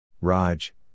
Raj